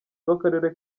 bw’akarere